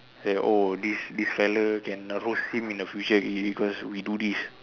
say oh this this fella can roast him in the future already because we do this